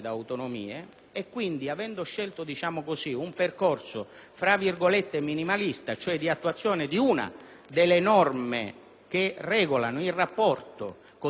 e, quindi, avendo scelto un percorso minimalista, cioè di attuazione di una delle norme che regolano il rapporto così come